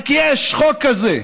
רק יש חוק כזה.